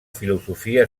filosofia